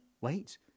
wait